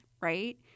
right